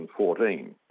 2014